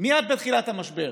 מייד בתחילת המשבר: